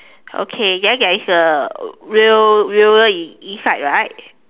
okay then there is a wheel wheeler inside right